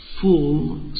full